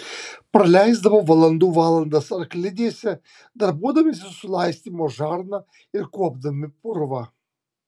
praleisdavo valandų valandas arklidėse darbuodamiesi su laistymo žarna ir kuopdami purvą